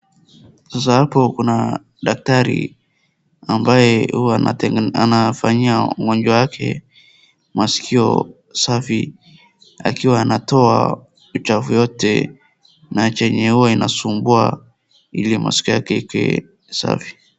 Sasa hapo kuna daktari ambaye huwa anafanyia mgonjwa yake maskio safi akiwa anatoa uchafu yote na chenye huwa inasumbua ili maskio yake ikuwe safi.